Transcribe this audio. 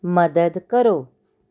ਮਦਦ ਕਰੋ